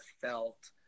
felt